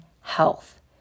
health